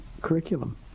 curriculum